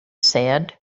said